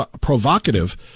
provocative